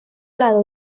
lado